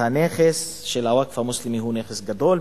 הנכס של הווקף המוסלמי הוא נכס גדול,